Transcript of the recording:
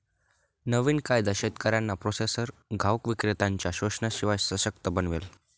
नवीन कायदा शेतकऱ्यांना प्रोसेसर घाऊक विक्रेत्त्यांनच्या शोषणाशिवाय सशक्त बनवेल